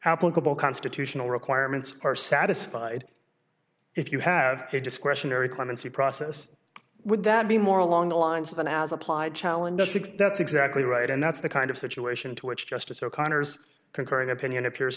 applicable constitutional requirements are satisfied if you have a discretionary clemency process would that be more along the lines of an as applied challenge that's exactly right and that's the kind of situation to which justice o'connor's concurring opinion appears